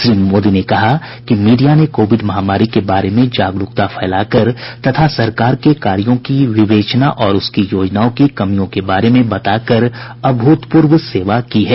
श्री मोदी ने कहा कि मीडिया ने कोविड महामारी के बारे में जागरूकता फैलाकर तथा सरकार के कार्यों की विवेचना और उसकी योजनाओं की कमियों के बारे में बताकर अभूतपूर्व सेवा की है